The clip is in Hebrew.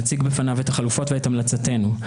נציג בפניו את החלופות ואת המלצתנו.